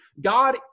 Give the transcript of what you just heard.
God